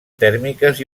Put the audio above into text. tèrmiques